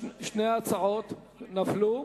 שתי ההצעות נפלו.